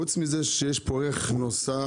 חוץ מזה שיש פה ערך נוסף,